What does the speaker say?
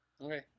okay